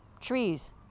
trees